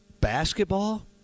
basketball